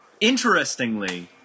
interestingly